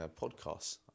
podcasts